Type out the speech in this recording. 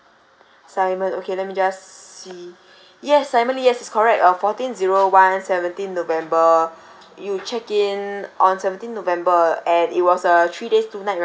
simon okay let me just see yes simon lee yes it's correct uh fourteen zero one seventeen november you check in on seventeen november and it was a three days two night right